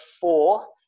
four